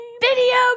Video